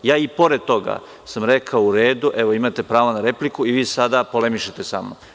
I pored toga sam rekao – u redu, evo imate pravo na repliku i vi sada polemišete sa mnom.